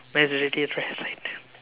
mine's already a rare sight